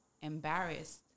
embarrassed